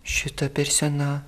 šita per sena